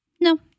No